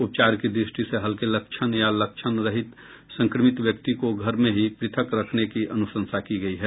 उपचार की द्रष्टि से हल्के लक्षण या लक्षणरहित संक्रमित व्यक्ति को घर में ही प्रथक रखने की अनुशंसा की गई है